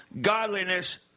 Godliness